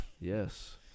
Yes